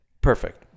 Perfect